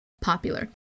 popular